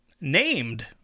named